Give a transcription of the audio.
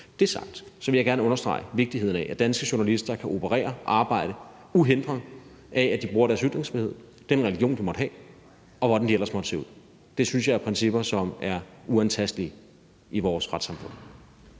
er sagt, vil jeg gerne understrege vigtigheden af, at danske journalister kan operere og arbejde, uhindret af at de bruger deres ytringsfrihed, den religion, de måtte have, og hvordan de ellers måtte se ud. Det synes jeg er principper, som er uantastelige i vores retssamfund.